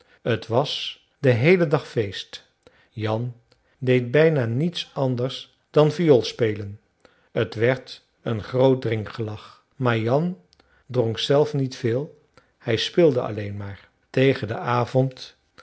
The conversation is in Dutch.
t was den heelen dag feest jan deed bijna niet anders dan vioolspelen t werd een groot drinkgelag maar jan dronk zelf niet veel hij speelde alleen maar tegen den avond